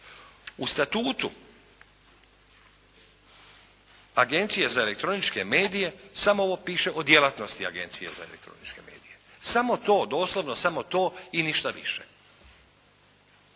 U Statutu Agencije za elektroničke medije samo ovo piše o djelatnosti Agencije za elektroničke medije, samo to, doslovno samo to i ništa više